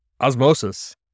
osmosis